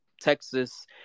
Texas –